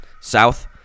South